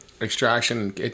extraction